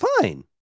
fine